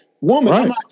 woman